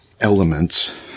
elements